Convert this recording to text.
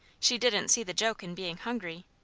she didn't see the joke in being hungry.